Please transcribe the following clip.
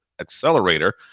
accelerator